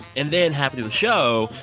and then halfway through the show,